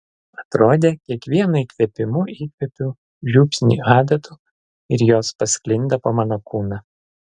atrodė kiekvienu įkvėpimu įkvepiu žiupsnį adatų ir jos pasklinda po mano kūną